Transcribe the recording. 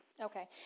Okay